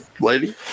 lady